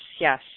yes